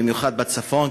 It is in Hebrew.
במיוחד בצפון,